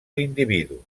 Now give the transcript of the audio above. l’individu